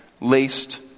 laced